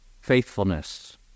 faithfulness